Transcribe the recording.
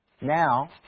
Now